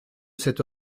cette